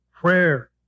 prayer